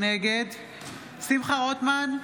נגד שמחה רוטמן,